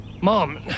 Mom